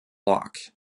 lock